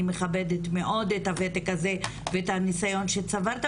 אני מכבדת מאוד את הותק הזה ואת הניסיון שצברת,